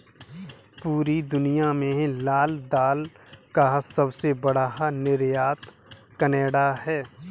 पूरी दुनिया में लाल दाल का सबसे बड़ा निर्यातक केनेडा है